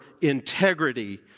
integrity